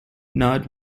nut